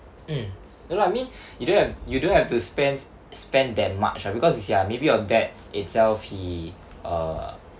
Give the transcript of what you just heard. mm you know I mean you don't have you don't have to spend spend that much lah because you see ah maybe your dad itself he uh